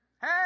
Hey